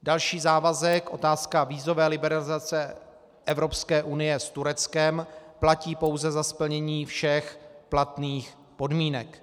Další závazek, otázka vízové liberalizace Evropské unie s Tureckem, platí pouze za splnění všech platných podmínek.